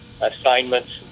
assignments